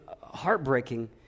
heartbreaking